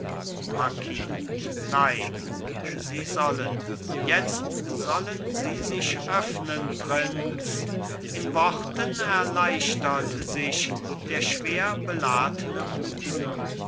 marquis nein sie sollen jetzt sollen sie sich öffnen prinz in worten erleichtert sich der schwer beladne busen